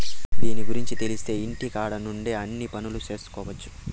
దీని గురుంచి తెలిత్తే ఇంటికాడ నుండే అన్ని పనులు చేసుకొవచ్చు